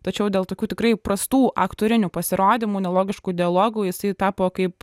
tačiau dėl tokių tikrai prastų aktorinių pasirodymų nelogiškų dialogų jisai tapo kaip